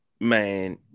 Man